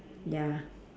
ya